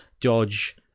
dodge